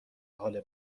حال